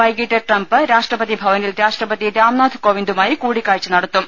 വൈകിട്ട് ട്രംപ് രാഷ്ട്രപതിഭവനിൽ രാഷ്ട്രപതി രാംനാഥ് കോവിന്ദുമായി കൂടിക്കാഴ്ച നടത്തും